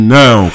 now